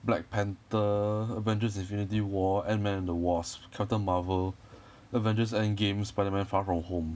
black panther avengers infinity war ant-man and the wasp captain marvel avengers endgame spider-man far from home